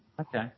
Okay